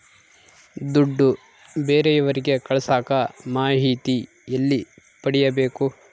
ದುಡ್ಡು ಬೇರೆಯವರಿಗೆ ಕಳಸಾಕ ಮಾಹಿತಿ ಎಲ್ಲಿ ಪಡೆಯಬೇಕು?